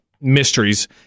Mysteries